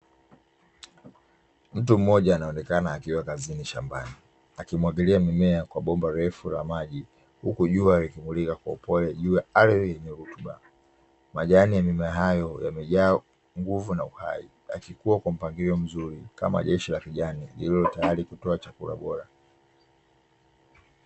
Mtu mmoja anaonekana akiwa kazini shambani, akimwagilia mimea kwa bomba refu la maji huku jua likimulika kwa upole juu ya ardhi yenye rutuba, majani ya mimea hayo yameja nguvu na uhai yakikua kwa mpangilio mzuri kama jeshi la kijani lililotayari kutoa chakula bora.